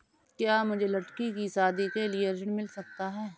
क्या मुझे लडकी की शादी के लिए ऋण मिल सकता है?